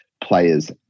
players